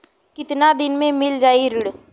कितना दिन में मील जाई ऋण?